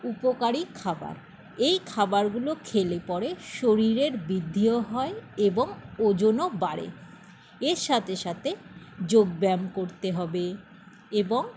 উপকারি খাবার এই খাবারগুলো খেলে পরে শরীরের বৃদ্ধিও হয় এবং ওজনও বাড়ে এর সাথে সাথে যোগব্যায়াম করতে হবে এবং